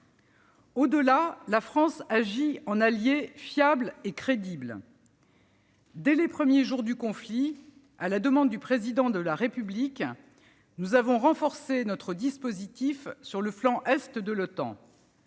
Au-delà, la France agit en allié fiable et crédible. Dès les premiers jours du conflit, à la demande du Président de la République, nous avons renforcé notre dispositif sur le flanc est de l'Otan.